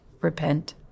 repent